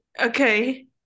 Okay